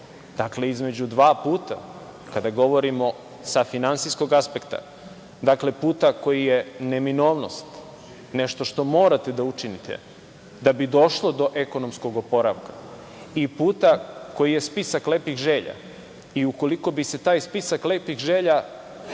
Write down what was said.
Dakle, između dva puta, kada govorimo sa finansijskog aspekta, dakle, puta koji je neminovnost, nešto što morate da učinite da bi došlo do ekonomskog oporavka i puta koji je spisak lepih želja i ukoliko bi se taj spisak lepih želja